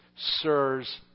Sirs